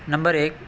number ایک